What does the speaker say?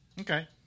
okay